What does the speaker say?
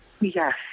Yes